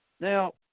Now